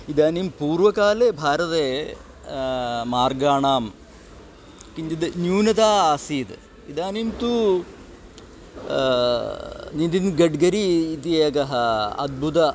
इदानीं पूर्वकाले भारते मार्गाणां किञ्चिद् न्यूनता आसीद् इदानीं तु नितिनगड्गरी इति एकः अद्भुतः